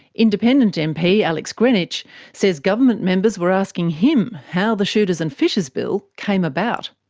independent mp alex greenwich says government members were asking him how the shooters and fishers bill came about.